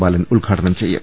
ബാലൻ ഉദ്ഘാടനം ചെയ്യും